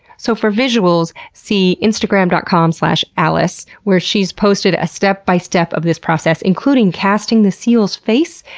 so for visuals, see instagram dot com slash allis where she's posted a step-by-step of this process, including casting the seal's face,